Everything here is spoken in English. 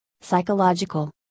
psychological